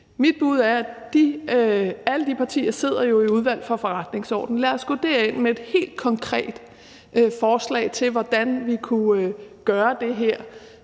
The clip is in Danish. Mit bud er, da alle de partier jo sidder i Udvalget for Forretningsordenen: Lad os gå derind med et helt konkret forslag til, hvordan vi kunne gøre det her,